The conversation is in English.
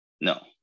No